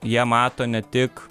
jie mato ne tik